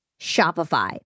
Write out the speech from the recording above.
Shopify